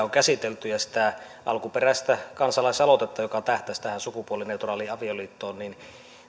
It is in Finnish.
on käsitelty ja sitä alkuperäistä kansalaisaloitetta joka tähtäsi tähän sukupuolineutraaliin avioliittoon niin